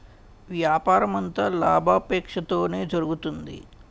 వ్యాపారమంతా లాభాపేక్షతోనే జరుగుతుంది